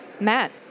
Matt